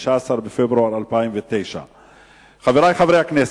15 בפברואר 2009. חברי חברי הכנסת,